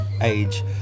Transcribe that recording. age